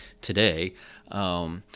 today